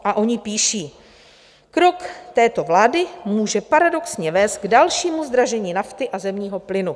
A oni píší: Krok této vlády může paradoxně vést k dalšímu zdražení nafty a zemního plynu.